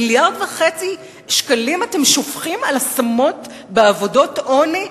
מיליארד וחצי שקלים אתם שופכים על השמות בעבודות עוני,